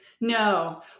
No